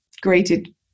grated